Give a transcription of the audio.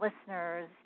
listeners